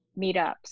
meetups